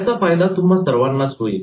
याचा फायदा तुम्हा सर्वांनाच होईल